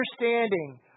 understanding